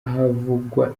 havugwa